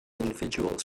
individuals